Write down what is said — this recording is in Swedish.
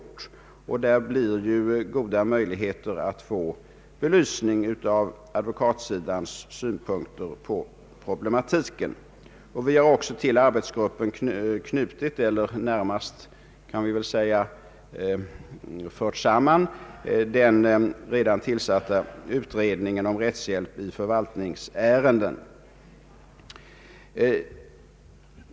Det kommer alltså att finnas goda möjligheter att få en belysning av advokatsidans synpunkter på problematiken. Vi har också till arbetsgruppen fört samman den redan tillsatta utredningen om rättshjälpen i förvaltningsärenden.